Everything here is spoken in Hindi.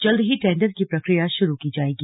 जल्द ही टेंडर की प्रक्रिया शुरू की जायेगी